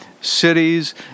cities